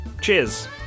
Cheers